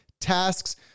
tasks